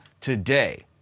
today